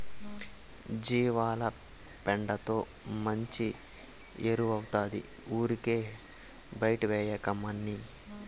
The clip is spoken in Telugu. జీవాల పెండతో మంచి ఎరువౌతాది ఊరికే బైటేయకమ్మన్నీ